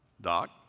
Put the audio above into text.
Doc